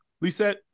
Lisa